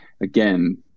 again